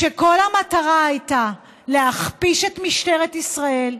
וכל המטרה הייתה להכפיש את משטרת ישראל,